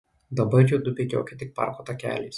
dabar judu bėgiokit tik parko takeliais